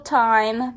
time